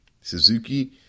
Suzuki